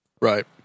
Right